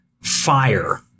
fire